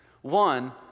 One